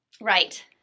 Right